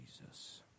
Jesus